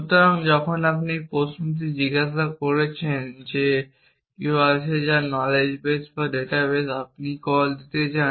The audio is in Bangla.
সুতরাং যখন আপনি একটি প্রশ্ন জিজ্ঞাসা করছেন যে এমন কেউ আছে যার নলেজ বেস বা ডাটা বেসে আপনি যাকে কল করতে চান